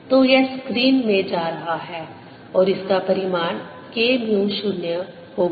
तो यह स्क्रीन में जा रहा है और इसका परिमाण K म्यू 0 होगा